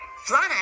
Flora